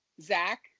Zach